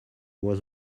was